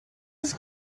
was